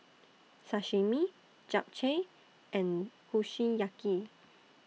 Sashimi Japchae and Kushiyaki